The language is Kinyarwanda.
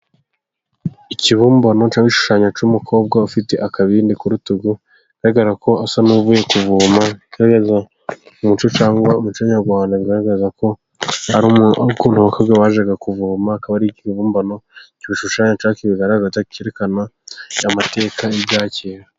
Ikibumbano cyangwa igishushanyo cy'umukobwa, ufite akabindi ku rutugu, bigaragara ko asa n'uvuye kuvoma, umuco cyangwa umuco nyarwanda bigaragaza ko wakobwa wajyaga kuvoma, akaba ari ikibumbano cy'ibishushanyo, cyangwa kibigaragaza cyerekana amateka y'ibyakera.